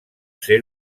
ser